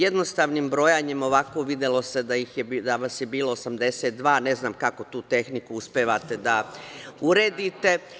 Jednostavnim brojanjem, ovako videlo se da vas je bilo 82, ne znam tu tehniku uspevate da uredite.